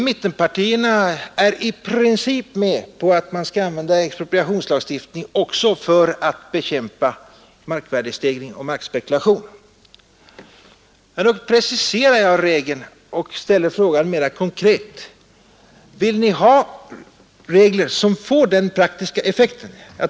Mittenpartierna är i princip med på att man skall använda expropriationslagstiftning också för att bekämpa markvärdestegring och markspekulation. Nu preciserar jag och ställer frågan mera konkret: Vill ni ha regler som också får den praktiska effekten?